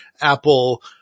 Apple